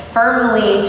firmly